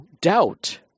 doubt